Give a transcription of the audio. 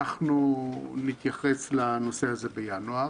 נתייחס לנושא הזה בינואר.